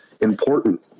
important